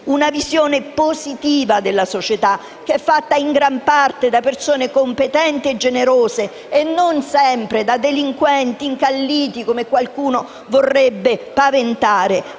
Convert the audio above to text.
una visione positiva della società, che è fatta in gran parte da persone competenti e generose e non sempre da delinquenti incalliti, come qualcuno vorrebbe paventare.